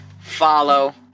follow